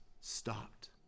stopped